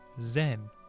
Zen